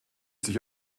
sich